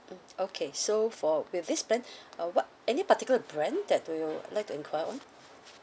mm okay so for with this plan uh what any particular brand that would you like to enquire on